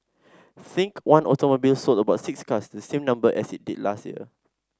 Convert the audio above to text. think One Automobile sold about six cars the same number as it did last year